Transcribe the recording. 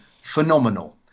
phenomenal